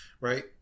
right